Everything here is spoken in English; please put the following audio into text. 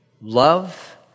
love